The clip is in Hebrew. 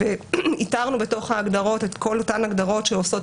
איתרנו בתוך ההגדרות את כל אותן הגדרות שעושות